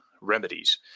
remedies